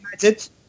United